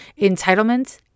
Entitlement